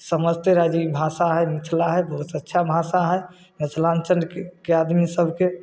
समझतै रहै जे ई भाषा हइ मिथिला हइ बहुत अच्छा भाषा हइ मिथिलाञ्चलके आदमी सभके